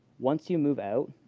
once you move out,